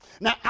Now